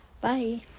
Bye